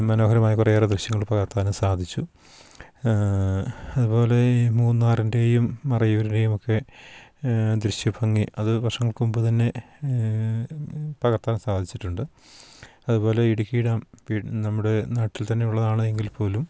മനോഹരമായ കുറേയേറെ ദൃശ്യങ്ങൾ പകർത്താനും സാധിച്ചു അതുപോലെ ഈ മൂന്നാറിൻ്റെയും മറയൂരിൻ്റെയുമൊക്കെ ദൃശ്യഭംഗി അത് വർഷങ്ങൾക്കു മുമ്പ് തന്നെ പകർത്താൻ സാധിച്ചിട്ടുണ്ട് അതുപോലെ ഇടുക്കി ഡാം നമ്മുടെ നാട്ടിൽ തന്നെ ഉള്ളതാണ് എങ്കിൽ പോലും